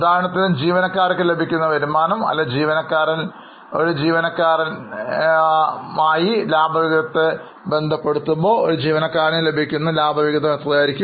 ഉദാഹരണത്തിന് ജീവനക്കാരനു ലഭിക്കുന്ന വരുമാനം അല്ലെങ്കിൽ ഒരു ജീവനക്കാരൻ ലാഭവിഹിതം എന്നിവയായിരിക്കും